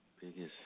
biggest